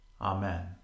Amen